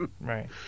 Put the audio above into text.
Right